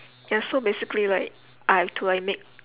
ya so basically like I have to like make